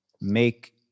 make